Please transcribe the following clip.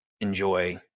enjoy